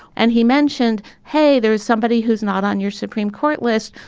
and he mentioned, hey, there is somebody who's not on your supreme court list,